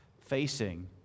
facing